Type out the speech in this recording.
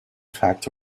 fact